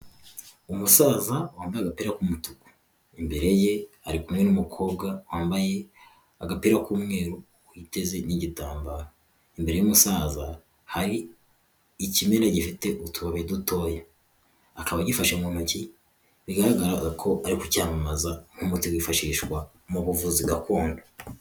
Umusaza wambaye agapira k'umutuku. Imbere ye ari kumwe n'umukobwa wambaye agapira k'umweru witeze n'igitambaro. Imbere y'umusaza hari ikimera gifite utubabi dutoya akaba a gifashe mu ntoki bigaragaraga ko ari kucyamamaza nk'umuti wifashishwa mu buvuzi gakondo.